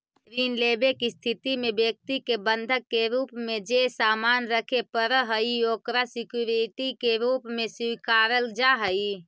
ऋण लेवे के स्थिति में व्यक्ति के बंधक के रूप में जे सामान रखे पड़ऽ हइ ओकरा सिक्योरिटी के रूप में स्वीकारल जा हइ